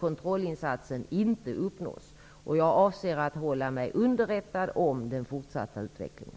kontrollinsatsen inte uppnås. Jag avser att hålla mig underrättad om den fortsatta utvecklingen.